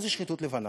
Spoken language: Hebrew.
מה זה שחיתות לבנה?